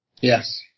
yes